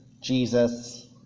Jesus